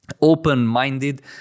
open-minded